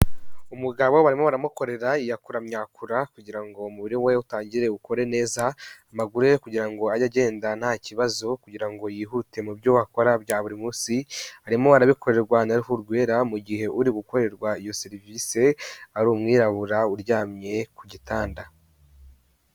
Umugabo barimo baramukorera iyakuramyakura kugira ngo umubiri we utangire ukore neza, amaguru ye kugira ngo ajye agenda nta kibazo kugira ngo yihute mu byo wakora bya buri munsi, arimo arabikorerwa na ruhu rwera mu gihe uri gukorerwa iyo serivisi ari umwirabura uryamye ku gitanda.